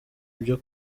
ibyo